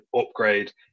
Upgrade